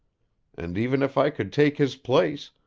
and even if i could take his place,